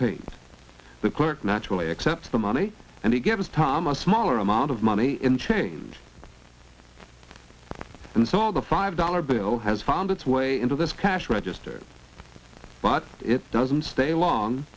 paint the clerk naturally accepts the money and he gives tom a smaller amount of money in chains and so the five dollar bill has found its way into this cash register but it doesn't stay long